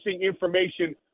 information